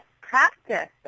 practice